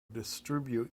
distribute